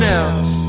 else